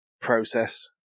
process